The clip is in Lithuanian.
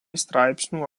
straipsnių